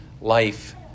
life